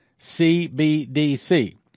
CBDC